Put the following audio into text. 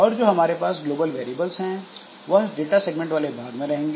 और जो हमारे पास ग्लोबल वेरिएबल हैं वह इस डाटा सेगमेंट वाले भाग में रहेंगे